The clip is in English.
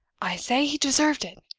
i say he deserved it!